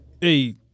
hey